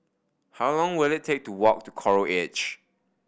how long will it take to walk to Coral Edge